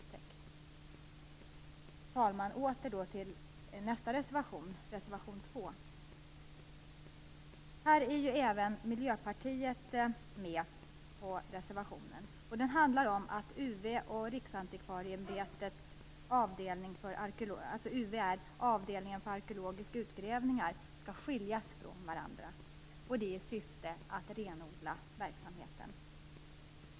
Fru talman! Jag skall nu gå över till nästa reservation, reservation nr 2, som även miljöpartiet står bakom. Den handlar om att UV och Riksantikvarieämbetets avdelning för arkeologiska utgrävningar skall skiljas från varandra i syfte att renodla verksamheten.